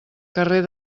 carrer